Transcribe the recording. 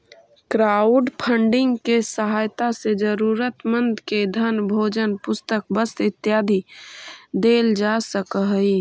crowdfunding के सहायता से जरूरतमंद के धन भोजन पुस्तक वस्त्र इत्यादि देल जा सकऽ हई